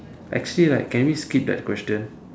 actually like can we skip that question